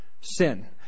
sin